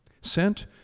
Sent